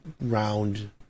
round